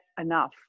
enough